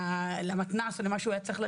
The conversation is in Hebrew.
ללכת למתנ"ס או למה שהוא היה צריך,